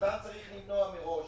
שאותם צריך למנוע מראש.